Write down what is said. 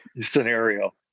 scenario